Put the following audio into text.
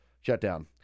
shutdown